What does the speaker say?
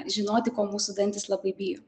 žinoti ko mūsų dantys labai bijo